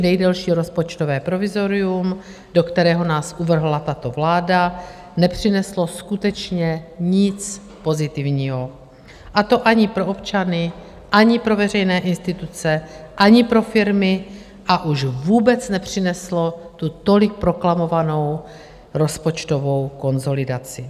Historicky nejdelší rozpočtové provizorium, do kterého nás uvrhla tato vláda, nepřineslo skutečně nic pozitivního, a to ani pro občany, ani pro veřejné instituce, ani pro firmy, a už vůbec nepřineslo tu tolik proklamovanou rozpočtovou konsolidaci.